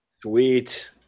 Sweet